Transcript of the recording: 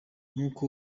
n’uko